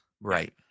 Right